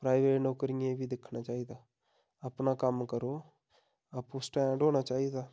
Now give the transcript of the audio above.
private नौकरियें बी दिक्खना चाहिदा अपना कम्म करो आपूं स्टैंड होना चाहिदा